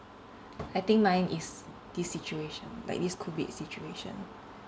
I think mine is this situation like this COVID situation